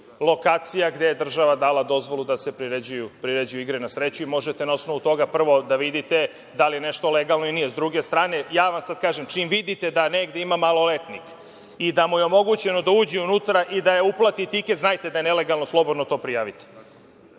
lokacija gde je država dala dozvolu da se priređuju igre na sreću i možete na osnovu toga prvo da vidite da li je nešto legalno ili nije.S druge strane, ja vam sada kažem, čim vidite da negde ima maloletnik i da mu je omogućeno da uđe unutra i da uplati tiket znajte da je nelegalno, slobodno to prijavite.